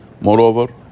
Moreover